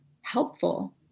helpful